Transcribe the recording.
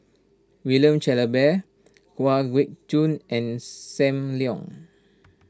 William Shellabear Kwa Geok Choo and Sam Leong